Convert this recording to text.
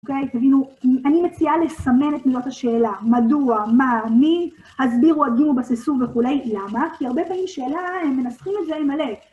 אוקיי? תבינו, אני מציעה לסמן את מילות השאלה. מדוע, מה, מי, הסבירו, הגיעו, בססו וכולי. למה? כי הרבה פעמים שאלה הם מנסחים את זה עם הלב